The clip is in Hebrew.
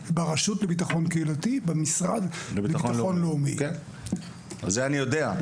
את זה אני יודע,